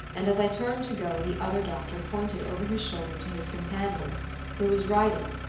and as i turned to go, the other doctor pointed over his shoulder to his companion who was writing,